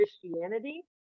Christianity